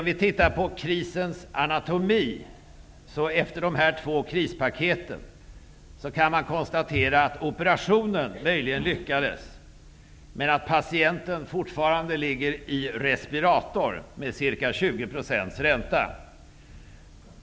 Om vi tittar på krisens anatomi efter de här två krispaketen kan vi konstatera att operationen möjligen lyckades men att patienten fortfarande ligger i respirator med ca 20 % ränta.